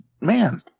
man